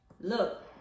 look